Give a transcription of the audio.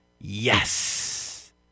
Yes